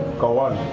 go on.